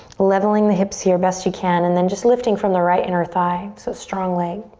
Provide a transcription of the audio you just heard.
leveling the hips here, best you can, and then just lifting from the right inner thigh so strong leg.